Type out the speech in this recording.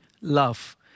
Love